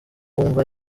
wumva